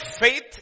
faith